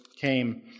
came